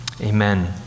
amen